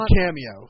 cameo